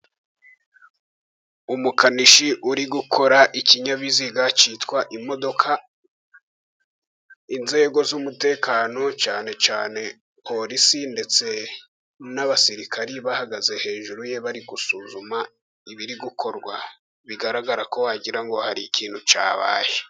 Umukanishi uri gukora ikinyabiziga cyitwa imodoka inzego z'umutekano cyane cyane polisi ndetse n'abasirikare, bahagaze hejuru ye bari gusuzuma ibiri gukorwa bigaragara ko wagira ngo hari ikintu cyabaye.